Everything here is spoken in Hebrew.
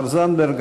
תמר זנדברג,